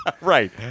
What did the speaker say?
Right